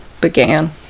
began